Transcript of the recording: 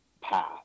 path